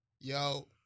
Yo